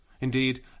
Indeed